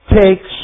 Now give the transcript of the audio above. takes